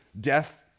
death